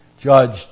judged